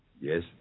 Yes